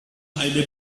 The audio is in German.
eine